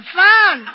fun